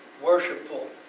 worshipful